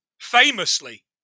Famously